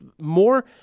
more